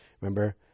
Remember